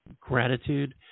gratitude